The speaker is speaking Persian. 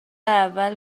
اول